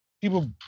people